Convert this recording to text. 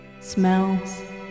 smells